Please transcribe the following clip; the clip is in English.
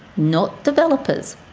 not developers.